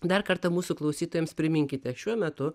dar kartą mūsų klausytojams priminkite šiuo metu